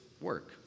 work